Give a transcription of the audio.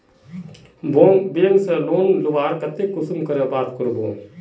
Bank से loan लुबार केते कुंसम करे बात करबो?